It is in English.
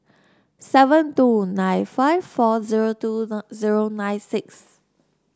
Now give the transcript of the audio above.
seven two nine five four zero two zero nine six